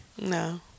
No